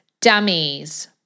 dummies